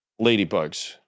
ladybugs